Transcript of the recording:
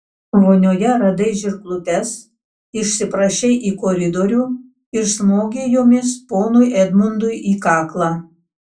vonioje radai žirklutes išsiprašei į koridorių ir smogei jomis ponui edmundui į kaklą